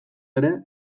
ere